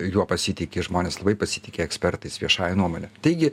juo pasitiki žmonės labai pasitiki ekspertais viešąja nuomone taigi